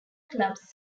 clubs